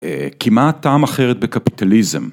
‫כמעט טעם אחרת בקפיטליזם.